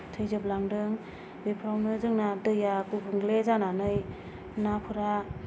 थैजोबलांदों बेफोरावनो जोंना दैया गुबुंले जानानै नाफोरा